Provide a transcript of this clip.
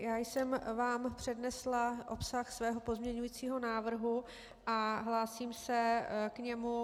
Já jsem vám přednesla obsah svého pozměňujícího návrhu a hlásím se k němu.